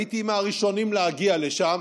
הייתי מהראשונים להגיע לשם.